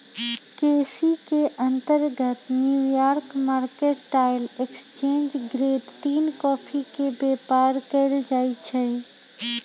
केसी के अंतर्गत New York mercantile exchange grade तीन कॉफी के व्यापार कएल जाइ छइ